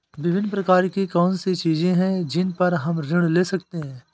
विभिन्न प्रकार की कौन सी चीजें हैं जिन पर हम ऋण ले सकते हैं?